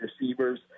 receivers